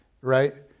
right